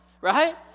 Right